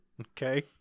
okay